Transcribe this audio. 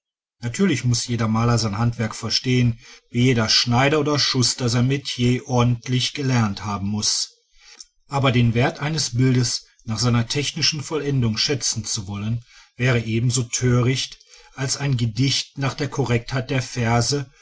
natürlich muß jeder maler sein handwerk verstehen wie jeder schneider oder schuster sein metier ordentlich gelernt haben muß aber den wert eines bildes nach seiner technischen vollendung schätzen zu wollen wäre ebenso töricht als ein gedicht nach der korrektheit der verse